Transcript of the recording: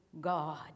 God